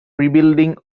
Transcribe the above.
rebuilding